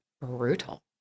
brutal